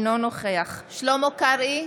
אינו נוכח שלמה קרעי,